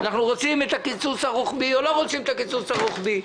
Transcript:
אנחנו רוצים את הקיצוץ הרוחבי או לא רוצים את הקיצוץ הרוחבי.